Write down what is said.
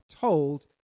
told